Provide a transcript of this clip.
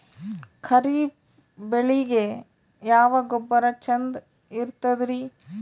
ಖರೀಪ್ ಬೇಳಿಗೆ ಯಾವ ಗೊಬ್ಬರ ಚಂದ್ ಇರತದ್ರಿ?